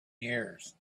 years